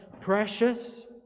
precious